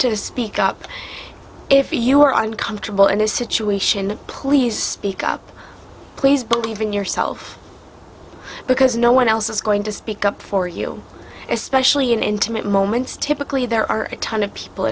to speak up if you are uncomfortable in a situation please speak up please believe in yourself because no one else is going to speak up for you especially in intimate moments typically there are a ton of people